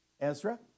Ezra